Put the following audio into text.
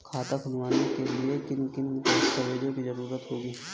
खाता खोलने के लिए किन किन दस्तावेजों की जरूरत होगी?